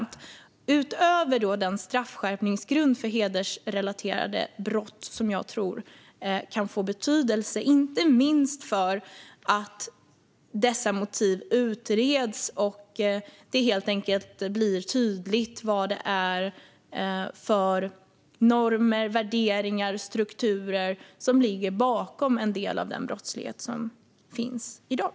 Detta gäller utöver den straffskärpningsgrund för hedersrelaterade brott som jag tror kan få betydelse, inte minst för att dessa motiv utreds och att det helt enkelt blir tydligt vad det är för normer, värderingar och strukturer som ligger bakom en del av den brottslighet som finns i dag.